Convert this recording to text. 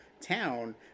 town